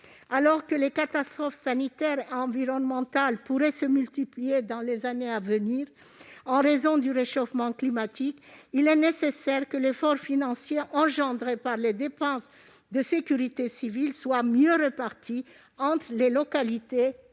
Alors que les catastrophes sanitaires et environnementales pourraient se multiplier dans les années à venir en raison du réchauffement climatique, il est nécessaire que l'effort financier engendré par les dépenses de sécurité civile soit mieux réparti entre les localités et l'échelon